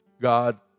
God